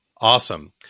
Awesome